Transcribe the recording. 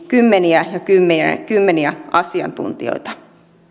kymmeniä ja kymmeniä ja kymmeniä asiantuntijoita